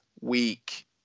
weak